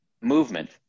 movement